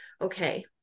Okay